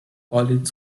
college